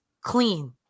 clean